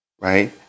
Right